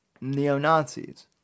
neo-Nazis